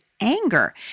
anger